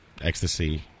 ecstasy